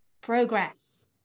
progress